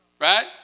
right